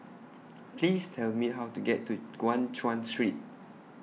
Please Tell Me How to get to Guan Chuan Street